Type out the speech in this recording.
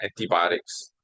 antibiotics